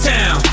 Town